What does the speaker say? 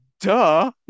Duh